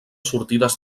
sortides